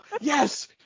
yes